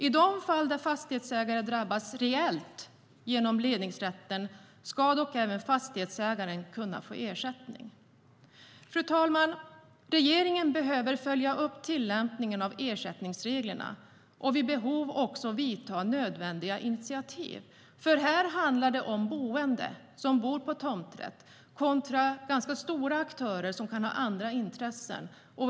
I de fall då fastighetsägaren drabbas reellt genom ledningsrätten ska dock även fastighetsägaren kunna få ersättning. Fru talman! Regeringen behöver följa upp tillämpningen av ersättningsreglerna och vid behov också ta nödvändiga initiativ. Här handlar det nämligen om boende som bor med tomträtt kontra ganska stora aktörer som kan ha andra intressen.